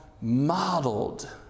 modeled